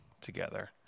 together